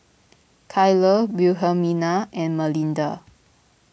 Kylah Wilhelmina and Malinda